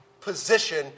position